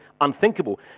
unthinkable